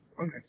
Okay